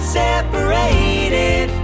separated